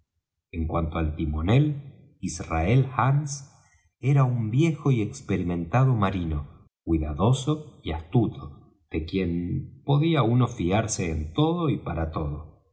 en cuanto al timonel israel hands era un viejo y experimentado marino cuidadoso y astuto de quien podía uno fiarse en todo y para todo